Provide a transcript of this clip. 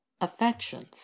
affections